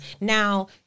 Now